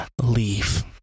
leave